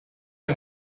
die